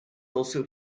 also